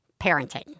parenting